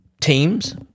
teams